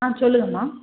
ஆ சொல்லுங்கம்மா